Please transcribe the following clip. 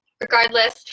Regardless